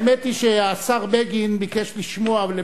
האמת היא שהשר בגין ביקש לשמוע,